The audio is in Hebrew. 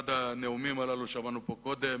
אחד הנאומים הללו, שמענו פה קודם